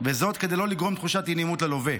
וזאת כדי לא לגרום תחושת אי-נעימות ללווה.